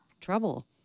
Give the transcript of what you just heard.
trouble